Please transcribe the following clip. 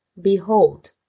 Behold